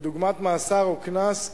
כדוגמת מאסר או קנס.